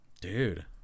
Dude